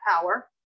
power